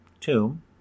tomb